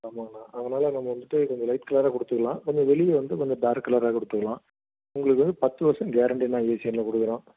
ஆமாங்கண்ணா அதனால் நம்ம வந்துட்டு கொஞ்சம் லைட் கலராக கொடுத்துக்கலாம் கொஞ்சம் வெளியில் வந்து கொஞ்சம் டார்க் கலராக கொடுத்துக்கலாம் உங்களுக்கு வந்து பத்து வருஷம் கேரண்ட்டிண்ணா ஏஷியனில் கொடுக்குறோம்